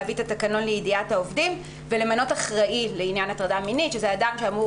להביא את התקנון לידיעת העובדים ולמנות אחראי לעניין הטרדה מינית,